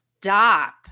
stop